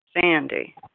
Sandy